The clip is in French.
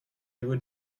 niveau